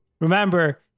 remember